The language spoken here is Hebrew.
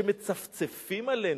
שמצפצפים עלינו,